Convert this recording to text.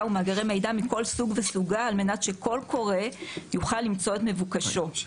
ומאגרי קריאה מכל סוג על מנת שכל קורא יוכל למצוא את מבוקשו.